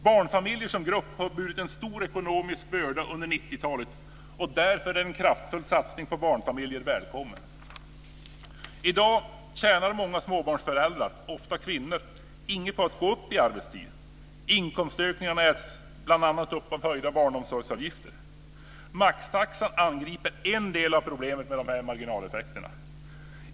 Barnfamiljerna som grupp har burit en stor ekonomisk börda under 90-talet. Därför är en kraftfull satsning på barnfamiljerna välkommen. I dag tjänar många småbarnsföräldrar, ofta kvinnor, inget på att gå upp i arbetstid. Inkomstökningarna äts upp av bl.a. höjda barnomsorgsavgifter. Maxtaxan angriper en del av problemet med de här marginaleffekterna.